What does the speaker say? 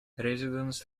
residents